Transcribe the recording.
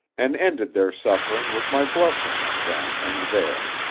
and ended their suffering with my blessing then and there.